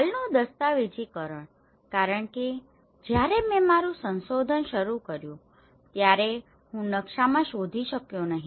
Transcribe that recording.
હાલનું દસ્તાવેજીકરણ કારણ કે જ્યારે મેં મારું સંશોધન શરૂ કર્યું ત્યારે હું નકશામાં શોધી શક્યો નહીં